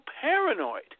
paranoid